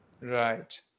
right